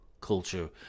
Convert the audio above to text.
culture